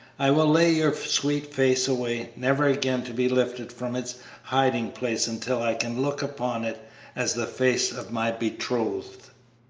i will lay your sweet face away, never again to be lifted from its hiding-place until i can look upon it as the face of my betrothed.